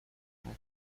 ختنه